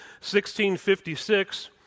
1656